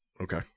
okay